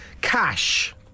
Cash